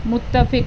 متفق